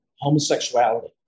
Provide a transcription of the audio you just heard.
homosexuality